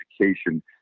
education